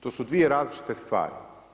To su dvije različite stvari.